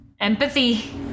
empathy